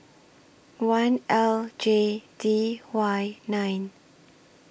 one L J D Y nine